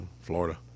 Florida